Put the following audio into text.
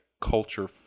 culture